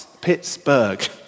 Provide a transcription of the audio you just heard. Pittsburgh